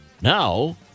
Now